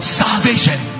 salvation